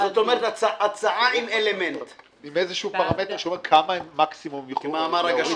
אז עם איזשהו פרמטר שאומר כמה הם מקסימום יכולים